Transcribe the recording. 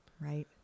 Right